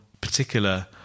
particular